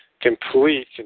complete